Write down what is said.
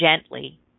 gently